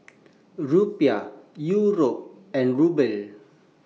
Rupiah Euro and Ruble